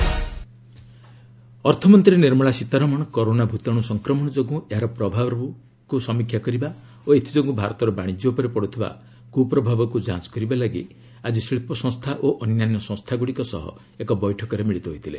FM ଇକ୍ଟରଆକସନ୍ ଅର୍ଥମନ୍ତୀ Nirmala Sitharaman corona ଭୂତାଣୁ ସଂକ୍ରମଣ ଯୋଗୁଁ ଏହାର ପ୍ରଭାବକୁ ସମୀକ୍ଷା କରିବା ଓ ଏଥିଯୋଗୁଁ ଭାରତର ବାଣିଜ୍ୟ ଉପରେ ପଡ଼ୁଥିବା କୁପ୍ରଭାବକୁ ଯାଞ୍ଚ କରିବା ଲାଗି ଆଜି ଶିଳ୍ପ ସଂସ୍ଥା ଓ ଅନ୍ୟାନ୍ୟ ସଂସ୍କାଗ୍ରଡ଼ିକ ସହ ଏକ ବୈଠକରେ ମିଳିତ ହୋଇଥିଲେ